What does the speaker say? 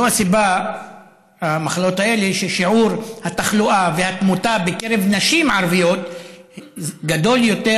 זו הסיבה ששיעור התחלואה והתמותה בקרב נשים ערביות גדול יותר,